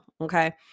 okay